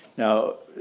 now,